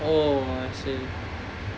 oh I see